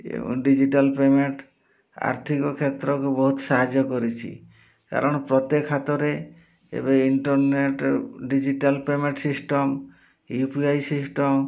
ଏବଂ digital payment ଆର୍ଥିକ କ୍ଷେତ୍ରକୁ ବହୁତ ସାହାଯ୍ୟ କରିଛି କାରଣ ପ୍ରତ୍ୟେକ ହାତରେ ଏବେ internet digital payment system U P I system